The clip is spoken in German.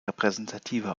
repräsentative